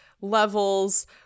levels